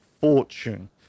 fortune